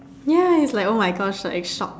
ya it's like !oh-my-gosh! like shocked